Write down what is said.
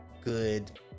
good